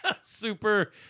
super